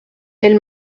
elle